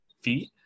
feet